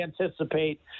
anticipate